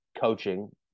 coaching